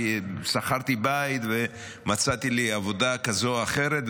כי שכרתי בית ומצאתי לי עבודה כזאת או אחרת,